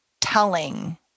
telling